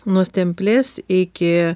nuo stemplės iki